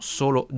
solo